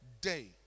day